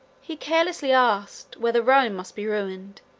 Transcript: he carelessly asked, whether rome must be ruined,